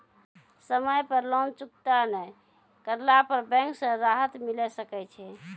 समय पर लोन चुकता नैय करला पर बैंक से राहत मिले सकय छै?